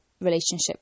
relationship